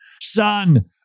son